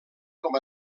com